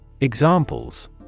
Examples